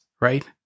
right